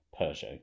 Peugeot